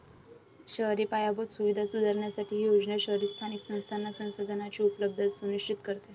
शहरी पायाभूत सुविधा सुधारण्यासाठी ही योजना शहरी स्थानिक संस्थांना संसाधनांची उपलब्धता सुनिश्चित करते